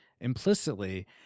implicitly